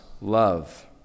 love